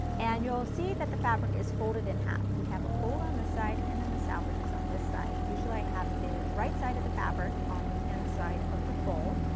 and you will will see that the fabric is folded in half, we have a fold on this side and then the salvage is on this side. usually i have the right side of the fabric on the inside of the fold.